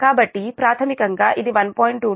కాబట్టి ప్రాథమికంగా ఇది 1